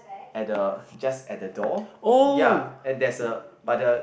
at the just at the door ya at there's a but the